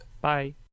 Bye